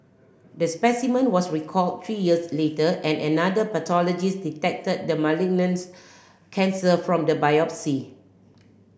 the specimen was recalled three years later and another pathologist detected the malignant's cancer from the biopsy